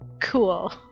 cool